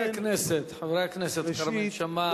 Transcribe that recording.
חבר הכנסת כרמל שאמה,